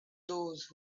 those